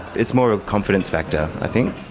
it's more a confidence factor i think.